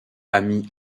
ami